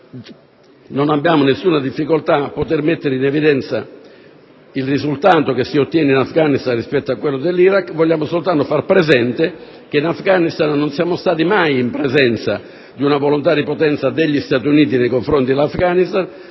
Non abbiamo alcuna difficoltà a poter mettere in evidenza il risultato che si ottiene in Afghanistan rispetto a quello dell'Iraq. Vogliamo soltanto far presente che in Afghanistan non siamo stati mai in presenza di una volontà di potenza degli Stati Uniti nei confronti di quel Paese,